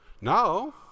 Now